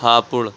Hapur